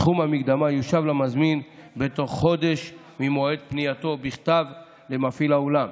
סכום המקדמה יושב למזמין בתוך חודש ממועד פנייתו בכתב למפעיל האולם,